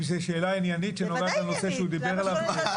אם זאת שאלה עניינית שנוגעת לנושא שהוא דיבר עליו?